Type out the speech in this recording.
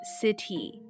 City